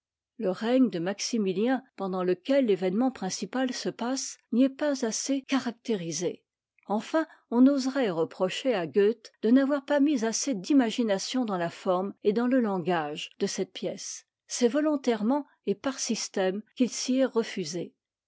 le règne de maximilien pendant lequel l'événement principal se passe n'y est pas assez caractérisé enfin on oserait reprocher à goethe de n'avoir pas mis assez d'imagination dans la forme et dans le langage de cette pièce c'est volontairement et par système qu'il s'y est refusé